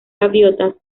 gaviotas